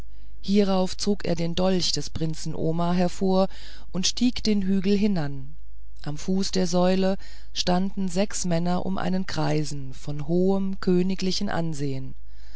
hierauf zog er den dolch des prinzen omar hervor und stieg den hügel hinan am fuß der säule standen sechs männer um einen greisen von hohem königlichem ansehen